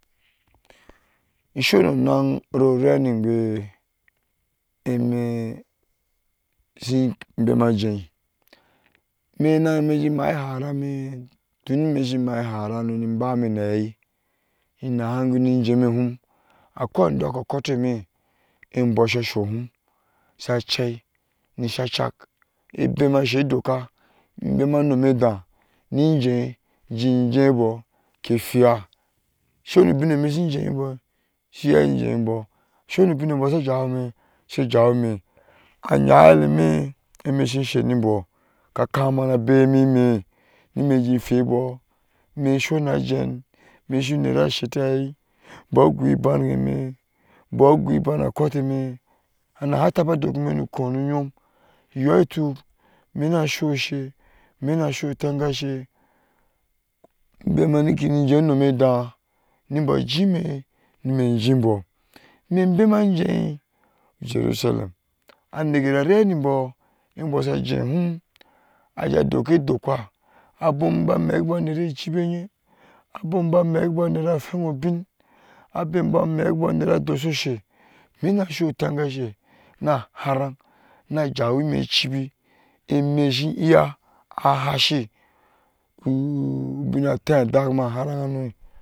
Isononen roreningube eme shin bemajei me nen mee tun me shi maharano nin bane nahei, innahim goni jeme hum sha cei nisha cak ebema she dokka ke fheya sai nobinneme shin jehibo shi iya jehibo so nibinbo yeleme eme shin sherimbɔ ko kama na bɛ ni imɛɛ ni mɛɛji hweebɔ mesonajen meso nera shetta hei bɔgoi banheme bɔgo bana koteme, anaha taba dokke mee mokou noyom yotuk mena soushe mena sua tangashe, bema jime nimejibɔ mebema jie jerusalem, aneke rareninbo ambojie hum ba mekbo nere cibi enyee abomba mekbɔ nera fhen obin abom ba mekbo nera doshoshe mena sua tangashe na hara, na jawime cibi eme shi iya ahashi ubin ateadak ma harank hamo